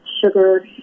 sugar